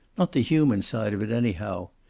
not the human side of it, anyhow.